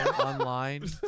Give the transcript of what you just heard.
online